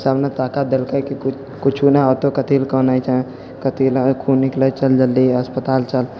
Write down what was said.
सबने ताकत देलकै कु कुछो नहि हेतौ कथि लए कानै छऽ कथि लए खून निकलै चल जल्दी अस्पताल चल